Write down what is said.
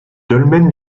dolmen